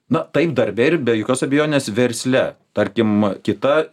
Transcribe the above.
na taip darbe ir be jokios abejonės versle tarkim kita